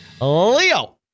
Leo